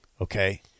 Okay